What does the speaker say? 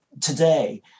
today